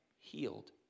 healed